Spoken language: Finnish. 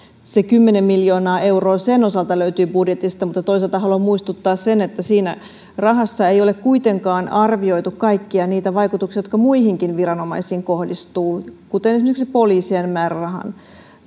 kymmenen miljoonaa euroa sen osalta löytyy budjetista mutta toisaalta haluan muistuttaa siitä että siinä rahassa ei ole kuitenkaan arvioitu kaikkia niitä vaikutuksia jotka muihinkin viranomaisiin kohdistuvat kuten esimerkiksi poliisien määrärahan